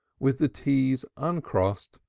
with the t's uncrossed,